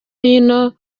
hino